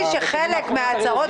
שמו בו מתנחל.